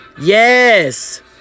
Yes